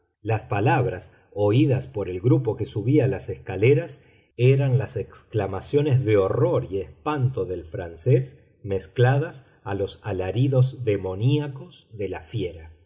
las palabras oídas por el grupo que subía las escaleras eran las exclamaciones de horror y espanto del francés mezcladas a los alaridos demoníacos de la fiera